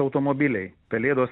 automobiliai pelėdos